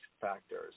factors